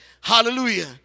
hallelujah